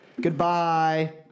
Goodbye